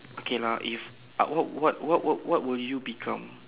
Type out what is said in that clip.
okay lah if what what what what what will you become